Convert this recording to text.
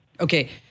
Okay